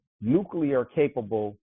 nuclear-capable